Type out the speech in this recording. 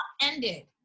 ended